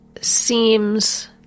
seems